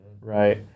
Right